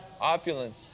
Opulence